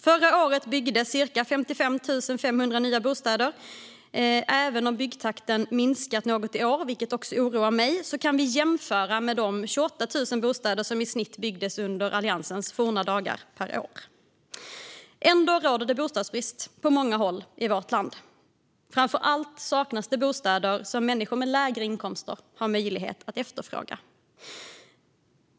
Förra årets byggdes cirka 55 500 nya bostäder. Även om byggtakten minskat något i år, vilket oroar mig, kan vi jämföra med de 28 000 bostäder per år som i snitt byggdes under Alliansens forna dagar. Ändå råder det bostadsbrist på många håll i vårt land. Framför allt saknas det bostäder som människor med lägre inkomster har möjlighet att efterfråga.